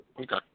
Okay